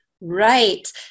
Right